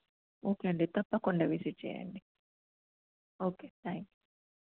okay అండి తప్పకుండా visit చేయండి ఓకే త్యాంక్ యూ